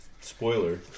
spoiler